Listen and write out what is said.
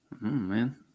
man